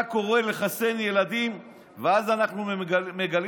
אתה קורא לחסן ילדים ואז אנחנו מגלים